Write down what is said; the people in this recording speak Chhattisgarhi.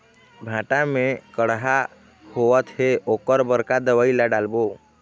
भांटा मे कड़हा होअत हे ओकर बर का दवई ला डालबो?